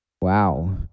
Wow